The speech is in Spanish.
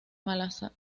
malasia